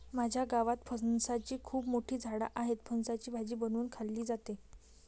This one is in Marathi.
माझ्या गावात फणसाची खूप मोठी झाडं आहेत, फणसाची भाजी बनवून खाल्ली जाते